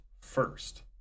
first